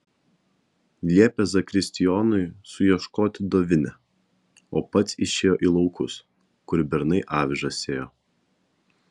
liepė zakristijonui suieškoti dovinę o pats išėjo į laukus kur bernai avižas sėjo